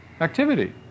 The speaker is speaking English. activity